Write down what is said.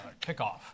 kickoff